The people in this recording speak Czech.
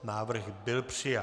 Návrh byl přijat.